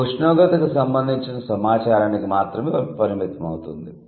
ఇది ఉష్ణోగ్రతకు సంబందించిన సమాచారానికి మాత్రమే పరిమితం అవుతుంది